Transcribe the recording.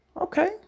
Okay